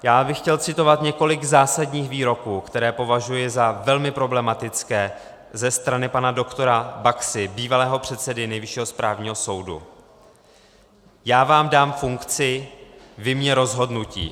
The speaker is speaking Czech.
Já bych chtěl citovat několik zásadních výroků, které považuji za velmi problematické, ze strany pana doktora Baxy, bývalého předsedy Nejvyššího správního soudu: Já vám dám funkci, vy mně rozhodnutí.